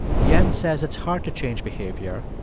jens says it's hard to change behavior,